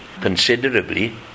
considerably